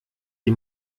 die